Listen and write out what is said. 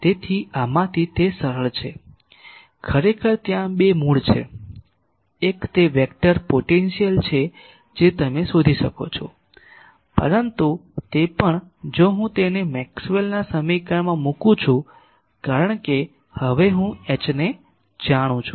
તેથી આમાંથી તે સરળ છે ખરેખર ત્યાં બે મૂળ છે એક તે વેક્ટર પોટેન્શિયલ છે જે તમે શોધી શકો છો પરંતુ તે પણ જો હું તેને મેક્સવેલના સમીકરણમાં મૂકું છું કારણ કે હવે હું H ને જાણું છું